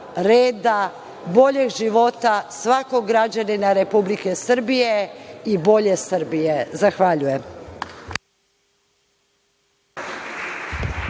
reda, boljeg života svakog građanina Republike Srbije i bolje Srbije. Zahvaljujem.